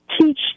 teach